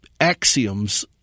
axioms